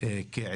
לחלק